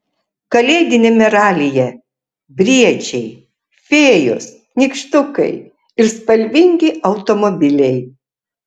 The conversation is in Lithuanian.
kalėdiniame ralyje briedžiai fėjos nykštukai ir spalvingi automobiliai